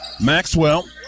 Maxwell